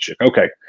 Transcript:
Okay